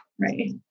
Right